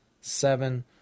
seven